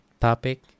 topic